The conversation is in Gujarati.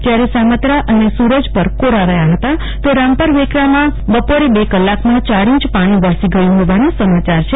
જયારે સામત્રા અને સુરજપર કોરા રહ્યા હતો તો રામપર વેકરામાં બપોરે બે કલાકમાં યાર ઈંચ પાણી વરસી ગયુ હોવાના સમાચાર છે